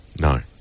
No